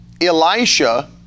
Elisha